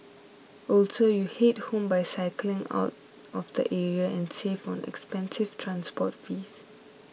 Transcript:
also you head home by cycling out of the area and save on expensive transport fees